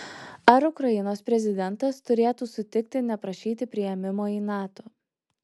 ar ukrainos prezidentas turėtų sutikti neprašyti priėmimo į nato